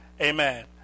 Amen